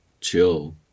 chill